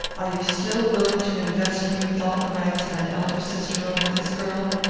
are you still willing to invest me with all the rights of an elder sister over this girl?